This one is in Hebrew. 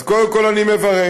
אז קודם כול אני מברך.